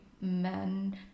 Men